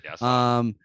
Yes